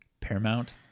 Paramount